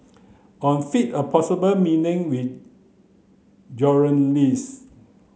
on feign a possible with